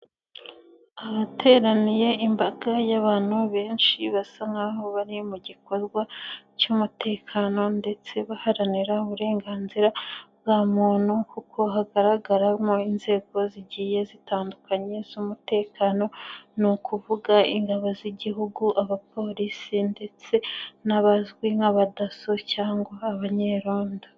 Ahateraniye imbaga y'abantu benshi basa nk'aho bari mu gikorwa cy'umutekano ndetse baharanira uburenganzira bwa muntu, kuko hagaragaramo inzego zigiye zitandukanye z'umutekano, ni ukuvuga ingabo z'igihugu, abapolisi ndetse n'abazwi nk'abadaso cyangwa abanyerondo.